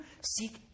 seek